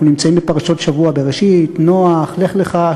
אנחנו נמצאים בפרשות השבוע בראשית, נח, לך לך.